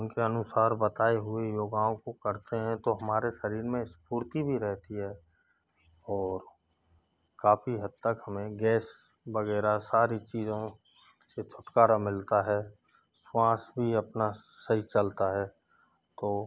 उनके अनुसार बताए हुए योगाओं को करते हैं तो हमारे शरीर में स्फूर्ती भी रहती है और काफ़ी हद तक हमें गैस वगैरह सारी चीज़ों से छुटकारा मिलता है श्वास भी अपना सही चलता है तो